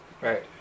Right